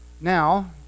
Now